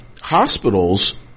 hospitals